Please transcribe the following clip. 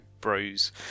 Bros